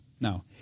No